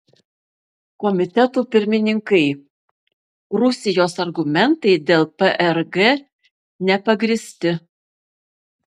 komitetų pirmininkai rusijos argumentai dėl prg nepagrįsti